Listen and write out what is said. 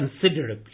considerably